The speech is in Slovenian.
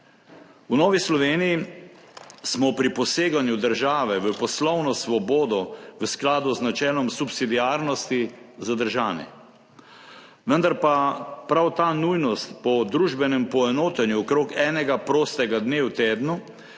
V Novi Sloveniji smo pri poseganju države v poslovno svobodo v skladu z načelom subsidiarnosti zadržani. Vendar pa prav ta nujnost po družbenem poenotenju okrog enega prostega dne v tednu,